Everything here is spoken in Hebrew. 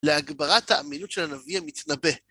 להגברת האמינות של הנביא המתנבא.